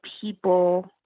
people